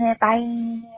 Bye